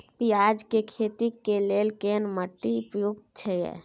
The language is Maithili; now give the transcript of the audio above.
पियाज के खेती के लेल केना माटी उपयुक्त छियै?